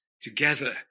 together